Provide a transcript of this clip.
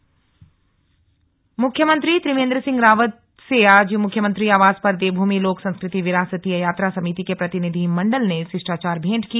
कुम्भ पर्व मुख्यमंत्री त्रिवेन्द्र सिंह रावत से आज मुख्यमंत्री आवास पर देवभूमि लोक संस्कृति विरासतीय यात्रा समिति के प्रतिनिधिमंडल ने शिष्टाचार भेंट की